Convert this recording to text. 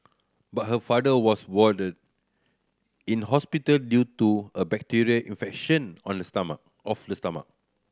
but her father was warded in hospital due to a bacterial infection on the stomach of the stomach